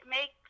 Make